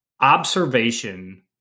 observation